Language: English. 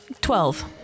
Twelve